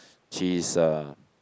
cheese uh